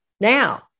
now